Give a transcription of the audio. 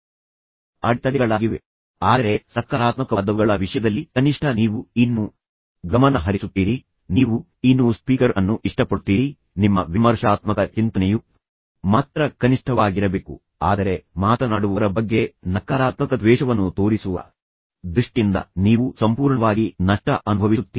ಸಕ್ರಿಯ ಆಲಿಸುವಿಕೆಗೆ ಭಯಾನಕ ಅಡೆತಡೆಗಳು ಇವೆ ಆದರೆ ಸಕಾರಾತ್ಮಕವಾದವುಗಳ ವಿಷಯದಲ್ಲಿ ಕನಿಷ್ಠ ನೀವು ಇನ್ನೂ ಗಮನ ಹರಿಸುತ್ತೀರಿ ನೀವು ಇನ್ನೂ ಸ್ಪೀಕರ್ ಅನ್ನು ಇಷ್ಟಪಡುತ್ತೀರಿ ನಿಮ್ಮ ವಿಮರ್ಶಾತ್ಮಕ ಚಿಂತನೆಯು ಮಾತ್ರ ಕನಿಷ್ಠವಾಗಿರಬೇಕು ಆದರೆ ಮಾತನಾಡುವವರ ಬಗ್ಗೆ ನಕಾರಾತ್ಮಕ ದ್ವೇಷವನ್ನು ತೋರಿಸುವ ದೃಷ್ಟಿಯಿಂದ ನೀವು ಸಂಪೂರ್ಣವಾಗಿ ನಷ್ಟ ಅನುಭವಿಸುತ್ತೀರಿ